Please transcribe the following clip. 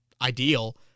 ideal